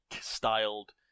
styled